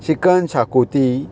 chicken शाकोती